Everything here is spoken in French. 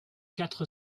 quatre